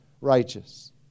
righteous